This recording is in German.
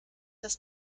das